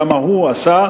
כמה הוא עשה,